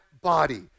body